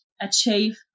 achieve